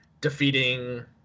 defeating